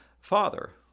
father